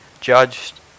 judged